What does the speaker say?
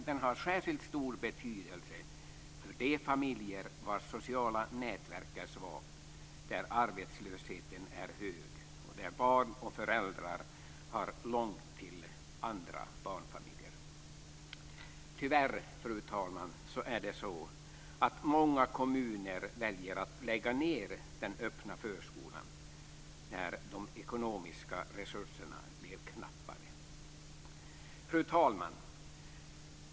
Den har särskilt stor betydelse för de familjer vars sociala nätverk är svagt, där arbetslösheten är hög och där barn och föräldrar har långt till andra barnfamiljer. Tyvärr väljer många kommuner att lägga ned den öppna förskolan när de ekonomiska resurserna blir knappa. Fru talman!